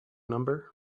number